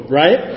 right